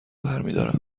برمیدارم